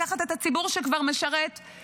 הממשלה הזו חותרת לקחת את הציבור שכבר משרת וכבר